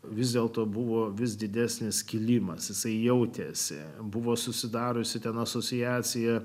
vis dėlto buvo vis didesnis skilimas jisai jautėsi buvo susidariusi ten asociacija